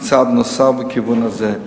היא צעד נוסף בכיוון זה.